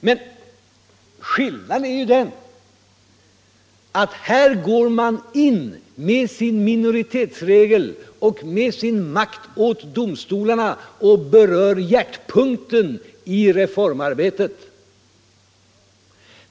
Men skillnaden är ju den att här går man in med sin minoritetsregel och med makten åt domstolarna och berör själva hjärtpunkten i reformarbetet.